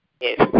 Yes